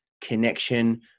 connection